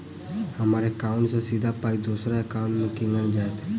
हम्मर एकाउन्ट सँ सीधा पाई दोसर एकाउंट मे केना जेतय?